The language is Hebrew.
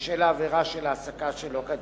בשל העבירה של העסקה שלא כדין.